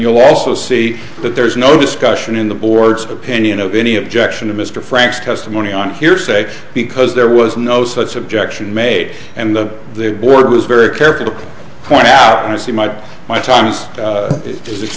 you'll also see that there is no discussion in the board's opinion of any objection to mr frank's testimony on hearsay because there was no such objection made and the board was very careful to point out honestly my my time was just